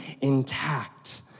intact